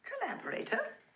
Collaborator